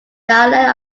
dialect